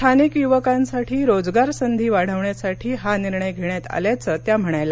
स्थानिक युवकांसाठी रोजगार संधी वाढवण्यासाठी हा निर्णय घेण्यात आल्याचं त्या म्हणाल्या